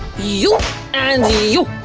you and you!